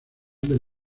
del